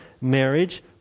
marriage